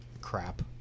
crap